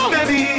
Baby